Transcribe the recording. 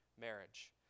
marriage